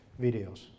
Videos